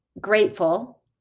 grateful